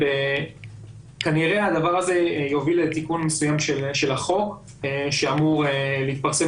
וכנראה הדבר הזה יוביל לתיקון מסוים של החוק שאמור להתפרסם,